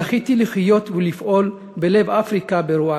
זכיתי לחיות ולפעול בלב אפריקה, ברואנדה,